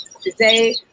today